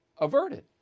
averted